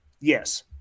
Yes